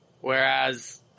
whereas